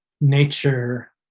nature